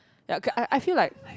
ya I I feel like